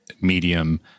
medium